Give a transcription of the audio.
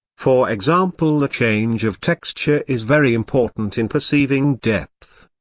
for example the change of texture is very important in perceiving depth.